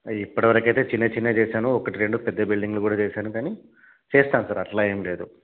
ఇప్పటివరకైతే చిన్నవి చిన్నవి చేసాను ఒకటి రెండు పెద్ద బిల్డింగ్లు కూడా చేసాను కానీ చేస్తాను సార్ అట్లా ఏం లేదు